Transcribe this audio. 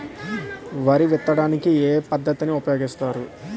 వరి విత్తడానికి ఏ పద్ధతిని ఉపయోగిస్తారు?